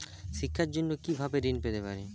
শিক্ষার জন্য কি ভাবে ঋণ পেতে পারি?